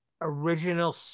original